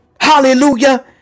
hallelujah